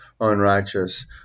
unrighteous